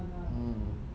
mm